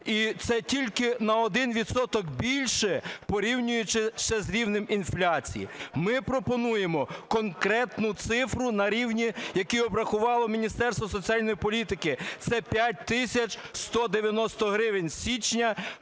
і це тільки на один відсоток більше, порівнюючи ще з рівнем інфляції. Ми пропонуємо конкретну цифру на рівні, який обрахувало Міністерство соціальної політики. Це 5 тисяч 190 гривень – з січня,